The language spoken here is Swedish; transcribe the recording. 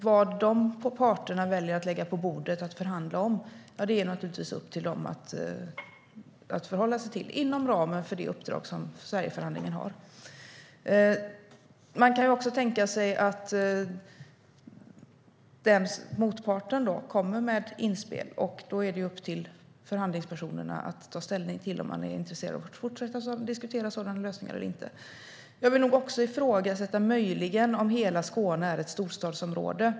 Vad de parterna väljer att lägga på bordet att förhandla om är det naturligtvis upp till dem att förhålla sig till inom ramen för det uppdrag som Sverigeförhandlingen har. Man kan också tänka sig att motparten kommer med inspel, och då är det upp till förhandlingspersonerna att ta ställning till om de är intresserade av att fortsätta diskutera sådana lösningar eller inte. Jag vill också ifrågasätta om hela Skåne är ett storstadsområde.